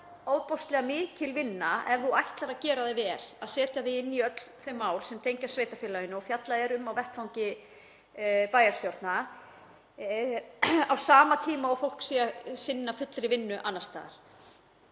það er ofboðslega mikil vinna ef þú ætlar að gera það vel, að setja þig inn í öll þau mál sem tengjast sveitarfélaginu og fjallað er um á vettvangi bæjarstjórna og sinna á sama tíma fullri vinnu annars staðar.